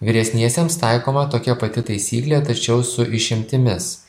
vyresniesiems taikoma tokia pati taisyklė tačiau su išimtimis